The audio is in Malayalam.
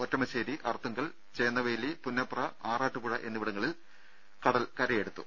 ഒറ്റമശ്ശേരിഅർത്തുങ്കൽചേന്നവേലിപുന്നപ്രആറാട്ടുപുഴ എന്നിവടങ്ങളിൽ കടൽ കരയടുത്തു